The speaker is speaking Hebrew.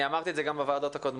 אני אמרתי את זה גם בוועדות הקודמות.